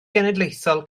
genedlaethol